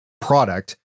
product